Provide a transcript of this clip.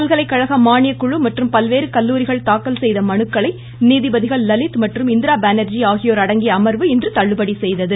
பல்கலைகழக மான்ய குழு மற்றும் பல்வேறு கல்லூரிகள் தாக்கல் செய்த மனுக்களை நீதிபதிகள் லலித் மற்றும் இந்திரா பான்ஜி ஆகியோர் அடங்கிய அமர்வு இன்று தள்ளுபடி செய்தது